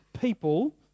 people